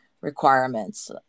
requirements